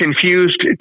confused